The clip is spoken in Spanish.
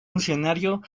funcionario